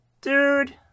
Dude